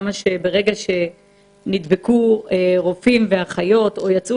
ברגע שנדבקו רופאים ואחיות או יצאו